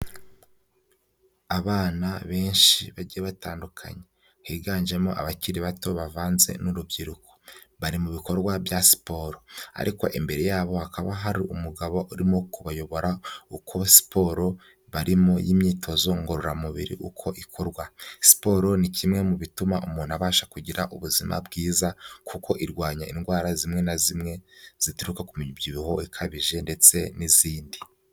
Abana benshi bagiye batandukanye, higanjemo abakiri bato bavanze n'urubyiruko, bari mu bikorwa bya siporo, ariko imbere yabo hakaba hari umugabo urimo kubayobora uko siporo barimo y'imyitozo ngororamubiri uko ikorwa, siporo ni kimwe mu bituma umuntu abasha kugira ubuzima bwiza, kuko irwanya indwara zimwe na zimwe zituruka ku mibyibuho ikabije, ndetse n'izindi.